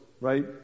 right